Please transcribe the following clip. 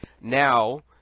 Now